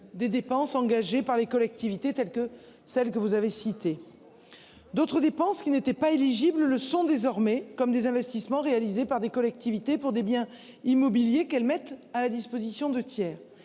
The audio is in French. des dépenses engagées par les collectivités, telles que celles que vous avez citées. D'autres dépenses qui n'étaient pas éligibles le sont désormais. C'est le cas, par exemple, des investissements réalisés par des collectivités pour des biens immobiliers qu'elles mettent à la disposition de tiers.